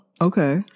Okay